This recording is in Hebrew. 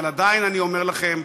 אבל עדיין אני אומר לכם,